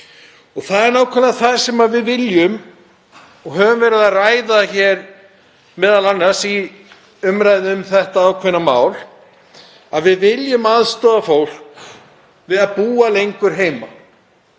Það er nákvæmlega það sem við viljum og höfum verið að ræða hér, m.a. í umræðu um þetta ákveðna mál, að við viljum aðstoða fólk við að búa lengur heima,